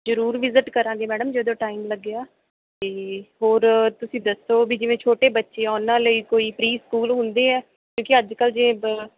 ਜ਼ਰੂਰ ਵਿਜਿਟ ਕਰਾਂਗੇ ਮੈਡਮ ਜਦੋਂ ਟਾਈਮ ਲੱਗਿਆ ਤਾਂ ਹੋਰ ਤੁਸੀਂ ਦੱਸੋ ਵੀ ਜਿਵੇਂ ਛੋਟੇ ਬੱਚੇ ਆ ਉਹਨਾਂ ਲਈ ਕੋਈ ਪ੍ਰੀਸਕੂਲ ਹੁੰਦੇ ਆ ਕਿਉਂਕਿ ਅੱਜ ਕੱਲ੍ਹ ਜੇ ਬ